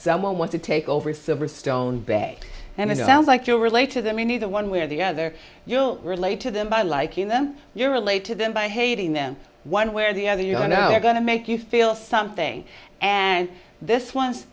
someone want to take over silverstone bad and as it sounds like you relate to them in either one way or the other you'll relate to them by liking them you relate to them by hating them one way or the other you know they're going to make you feel something and this one's